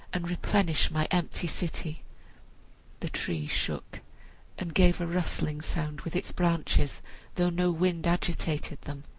and replenish my empty city the tree shook and gave a rustling sound with its branches though no wind agitated them.